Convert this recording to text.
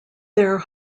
their